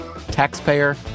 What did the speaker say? taxpayer